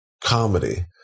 comedy